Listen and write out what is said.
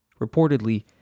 Reportedly